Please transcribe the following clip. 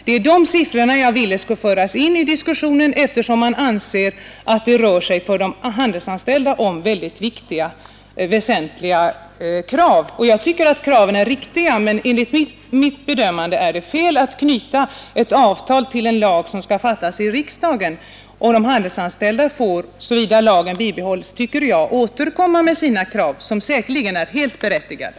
Det är dessa siffror jag vill föra in i diskussionen, eftersom man ansett att det rör sig om för de handelsanställda mycket väsentliga krav. Jag tycker att kraven i och för sig är riktiga, men enligt mitt förmenande är det fel att knyta ett avtal till en lag som skall beslutas av riksdagen. De handelsanställda får, om lagen bibehålls, återkomma med sina krav, som säkerligen är helt berättigade.